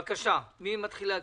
בבקשה, מי מתחיל לקרוא?